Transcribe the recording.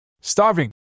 Starving